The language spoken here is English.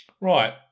Right